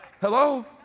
Hello